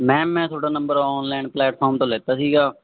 ma'am ਮੈਂ ਤੁਹਾਡਾ number online platform ਤੋਂ ਲਿੱਤਾ ਸੀ